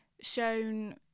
shown